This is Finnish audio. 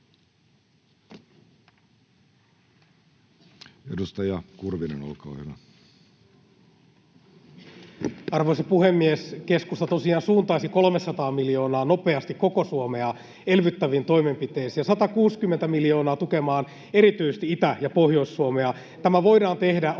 Edustaja Kurvinen, olkaa hyvä. Arvoisa puhemies! Keskusta tosiaan suuntaisi 300 miljoonaa nopeasti koko Suomea elvyttäviin toimenpiteisiin [Mauri Peltokankaan välihuuto] ja 160 miljoonaa tukemaan erityisesti Itä- ja Pohjois-Suomea. Tämä voidaan tehdä olemassa